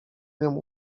nią